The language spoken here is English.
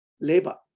labor